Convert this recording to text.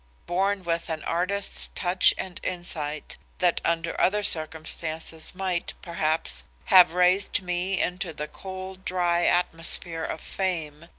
born with an artist's touch and insight that under other circumstances might, perhaps, have raised me into the cold dry atmosphere of fame,